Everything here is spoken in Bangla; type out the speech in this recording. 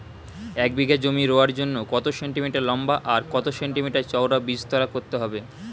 এক বিঘা জমি রোয়ার জন্য কত সেন্টিমিটার লম্বা আর কত সেন্টিমিটার চওড়া বীজতলা করতে হবে?